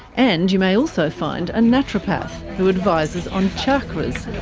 and you may also find a naturopath who advises on chakras.